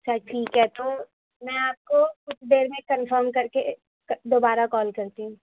اچھا ٹھیک ہے تو میں آپ کو کچھ دیر میں کنفرم کر کے دوبارہ کال کرتی ہوں